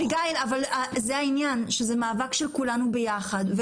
אביגיל, זה העניין, זה מאבק של כולנו ביחד.